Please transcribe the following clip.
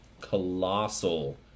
colossal